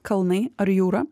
kalnai ar jūra